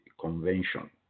convention